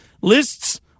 lists